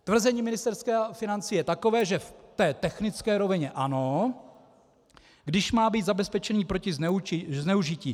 Tvrzení Ministerstva financí je takové, že v té technické rovině ano, když má být zabezpečen proti zneužití.